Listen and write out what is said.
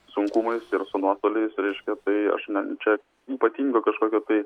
sunkumais ir su nuotoliais reiškia tai aš ne čia ypatingo kažkokio tai